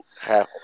half